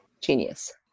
Genius